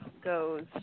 goes